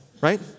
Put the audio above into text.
right